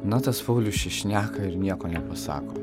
na tas paulius šneka ir nieko nepasako